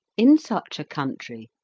in such a country,